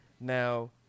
Now